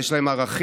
יש להם ערכים,